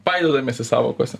painiodamiesi sąvokose